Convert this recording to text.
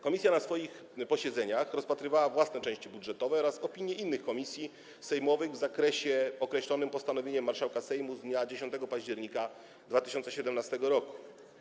Komisja na swoich posiedzeniach rozpatrywała własne części budżetowe oraz opinie innych komisji sejmowych w zakresie określonym postanowieniem marszałka Sejmu z dnia 10 października 2017 r.